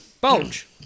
Bulge